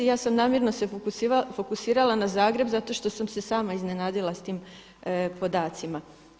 Ja sam namjerno se fokusirala na Zagreb zato što sam se sama iznenadila s tim podacima.